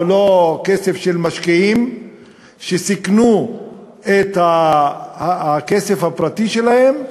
או כסף של משקיעים שסיכנו את הכסף הפרטי שלהם,